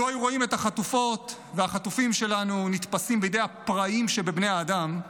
לו היו רואים את החטופות והחטופים שלנו נתפסים בידי הפראים שבבני האדם,